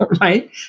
right